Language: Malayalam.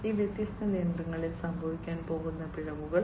ഈ വ്യത്യസ്ത യന്ത്രങ്ങളിൽ സംഭവിക്കാൻ പോകുന്ന പിഴവുകൾ